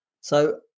So-